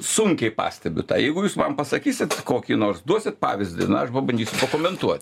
sunkiai pastebiu tą jeigu jūs man pasakysit kokį nors duosit pavyzdį na aš pabandysiu pakomentuo